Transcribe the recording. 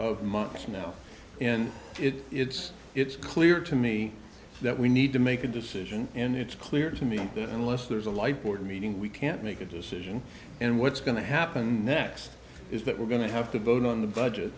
of months now and it it's it's clear to me that we need to make a decision and it's clear to me that unless there's a light board meeting we can't make a decision and what's going to happen next is that we're going to have to vote on the budget